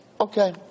Okay